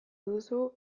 duzu